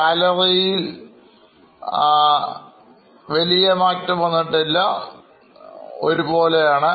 സാലറിയിൽഎന്നതിൽ വലിയ മാറ്റം വന്നിട്ടില്ല ഒരുപോലെയാണ്